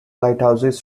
lighthouses